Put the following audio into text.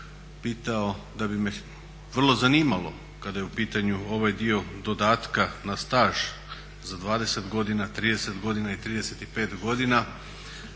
pitao da bi me vrlo zanimalo kada je u pitanju ovaj dio dodatka na staž za 20 godina, 30 godina i 35 godina